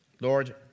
Lord